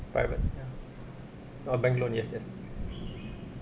private ya uh bank loan yes yes